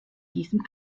diesem